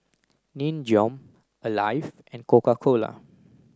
Nin Jiom Alive and Coca cola